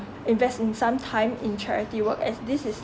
invest in some time in charity work as this is